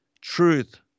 truth